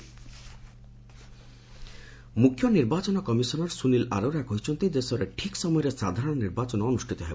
CEC UP ମୁଖ୍ୟ ନିର୍ବାଚନ commissioner Sunil Arora କହିଛନ୍ତି ଦେଶରେ ଠିକ୍ ସମୟରେ ସାଧାରଣ ନିର୍ବାଚନ ଅନୁଷ୍ଠିତ ହେବ